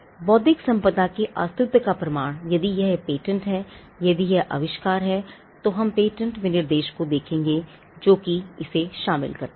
बौद्धिक संपदा के अस्तित्व का प्रमाण यदि यह एक पेटेंट है यदि यह एक आविष्कार है तो हम पेटेंट विनिर्देश को देखेंगे जो कि इसे शामिल करता है